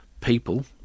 people